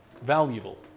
valuable